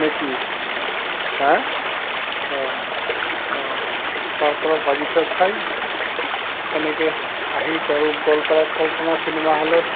নে কি হা অঁ অঁ তাৰ পৰা বাগিচাত চাই তেনেকৈ আহি গ গোৱালপাৰা কল্পনা চিনেমা হলত